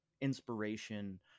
inspiration